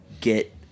get